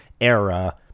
era